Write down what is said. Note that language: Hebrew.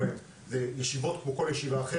אני פותח את ישיבת הוועדה,